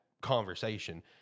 conversation